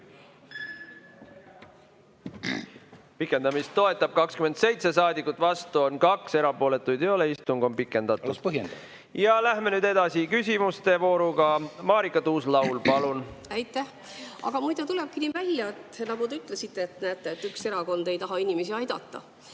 Pikendamist toetab 27 saadikut, vastu on 2, erapooletuid ei ole. Istung on pikendatud. Läheme nüüd edasi küsimustevooruga. Marika Tuus-Laul, palun! Aitäh! Aga muide tulebki nii välja, nagu te ütlesite, et üks erakond ei taha inimesi aidata.